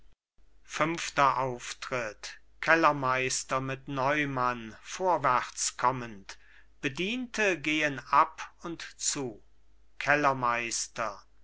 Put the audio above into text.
fünfter auftritt kellermeister mit neumann vorwärts kommend bediente gehen ab und zu kellermeister